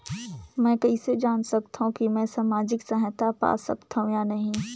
मै कइसे जान सकथव कि मैं समाजिक सहायता पा सकथव या नहीं?